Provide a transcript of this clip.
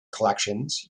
collections